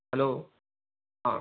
hello हां